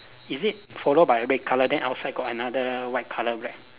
is it follow by red colour then outside got another white colour rag